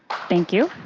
thank you.